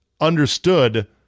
understood